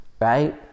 right